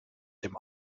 dem